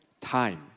time